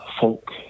folk